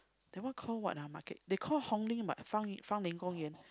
that one called what ah market they call Hong-Lim but Fang-Ling-Gong-Yuan